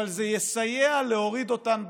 אבל זה יסייע להוריד אותן בגרון".